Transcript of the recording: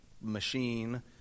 machine